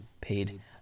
paid